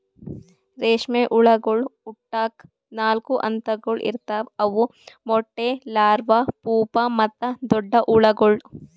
ರೇಷ್ಮೆ ಹುಳಗೊಳ್ ಹುಟ್ಟುಕ್ ನಾಲ್ಕು ಹಂತಗೊಳ್ ಇರ್ತಾವ್ ಅವು ಮೊಟ್ಟೆ, ಲಾರ್ವಾ, ಪೂಪಾ ಮತ್ತ ದೊಡ್ಡ ಹುಳಗೊಳ್